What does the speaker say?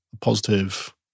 positive